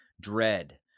dread